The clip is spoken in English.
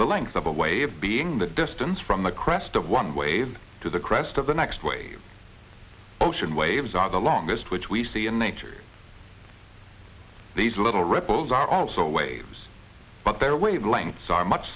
the length of a wave being the distance from the crest of one wave to the crest of the next wave ocean waves are the longest which we see in nature these little ripples are also waves but there wavelengths are much